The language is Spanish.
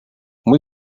muy